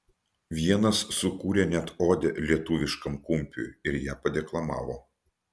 vienas sukūrė net odę lietuviškam kumpiui ir ją padeklamavo